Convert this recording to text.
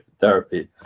therapy